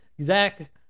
zach